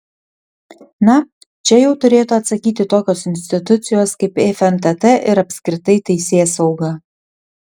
na čia jau turėtų atsakyti tokios institucijos kaip fntt ir apskritai teisėsauga